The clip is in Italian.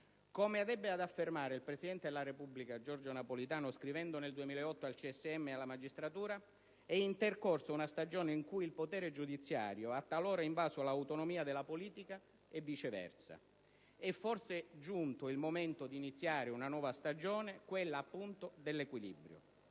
Come ebbe ad affermare il presidente della Repubblica Giorgio Napolitano, scrivendo nel 2008 al CSM e alla magistratura, è intercorsa una stagione in cui il potere giudiziario ha talora invaso l'autonomia della politica e viceversa; è forse giunto il momento di iniziare una nuova stagione, quella appunto dell'equilibrio.